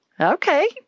Okay